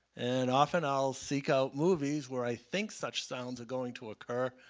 and often i'll seek out movies where i think such sounds are going to occur,